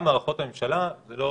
גם מערכות הממשלה זה לא